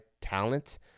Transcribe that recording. talent